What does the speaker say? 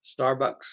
Starbucks